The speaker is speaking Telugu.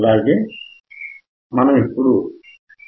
2